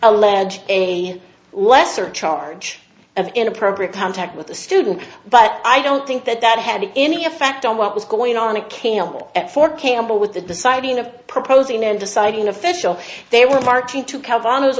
allege a lesser charge of inappropriate contact with the student but i don't think that that had any effect on what was going on a camp at fort campbell with the deciding of proposing and deciding official they were marching to count on